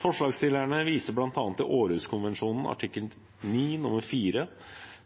Forslagsstillerne viser bl.a. til Århuskonvensjonen artikkel 9 nr. 4,